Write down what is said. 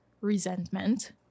resentment